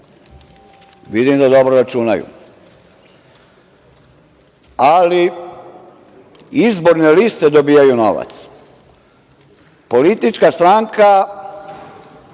vidim da dobro računaju, ali izborne liste dobijaju novac. Politička stranka